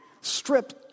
stripped